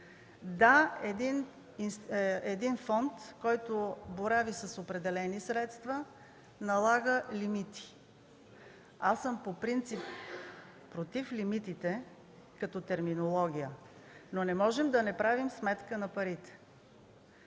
Да, един фонд, който борави с определени средства, налага лимити. По принцип аз съм против лимитите като терминология, но не можем да не правим сметка на парите.